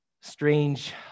strange